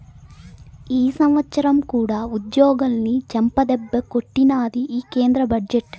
ఈ సంవత్సరం కూడా ఉద్యోగులని చెంపదెబ్బే కొట్టినాది ఈ కేంద్ర బడ్జెట్టు